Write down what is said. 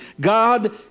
God